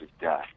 death